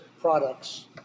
products